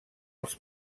els